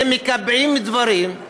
ומקבעים דברים,